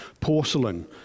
porcelain